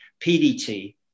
PDT